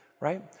right